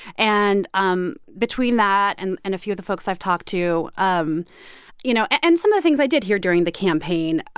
and um between that and and a few of the folks i've talked to um you know, and some of the things i did hear during the campaign.